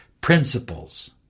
principles